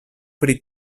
pri